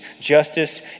justice